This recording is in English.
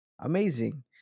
Amazing